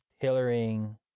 tailoring